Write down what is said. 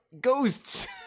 ghosts